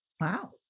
Wow